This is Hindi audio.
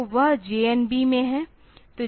तो वह JNB में है